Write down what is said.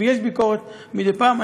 ויש ביקורת מדי פעם,